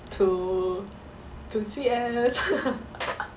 to to C_S